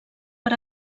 per